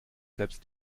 selbst